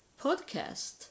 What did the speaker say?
podcast